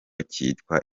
kitwa